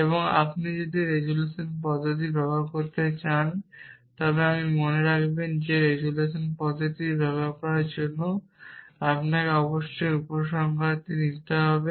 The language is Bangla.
এবং আপনি যদি রেজোলিউশন পদ্ধতিটি ব্যবহার করতে চান তবে আপনি মনে রাখবেন যে রেজোলিউশন পদ্ধতিটি ব্যবহার করার জন্য আপনাকে অবশ্যই উপসংহারটি নিতে হবে